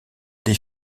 des